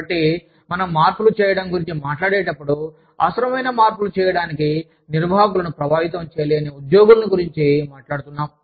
కాబట్టి మనం మార్పులు చేయడం గురించి మాట్లాడేటప్పుడు అవసరమైన మార్పులు చేయటానికి నిర్వాహకులను ప్రభావితం చేయలేని ఉద్యోగుల గురించి మాట్లాడుతున్నాo